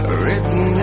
written